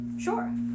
sure